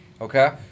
Okay